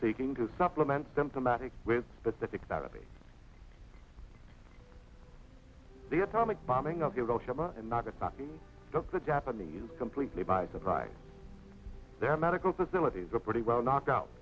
seeking to supplement symptomatic with specific gravity the atomic bombing of hiroshima and nagasaki took the japanese completely by surprise their medical facilities were pretty well knock